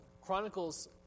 Chronicles